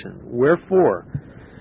Wherefore